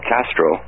Castro